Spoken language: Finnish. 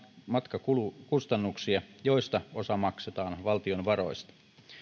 matkakulukustannuksia joista osa maksetaan valtion varoista